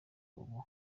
ubu